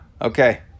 Okay